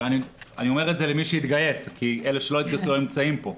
ואני אומר את זה למי שהתגייס כי אלה שלא התגייסו לא נמצאים כאן.